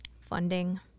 funding